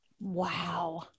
Wow